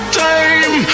time